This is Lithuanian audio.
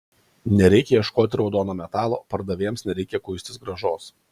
nereikia ieškoti raudono metalo pardavėjams nereikia kuistis grąžos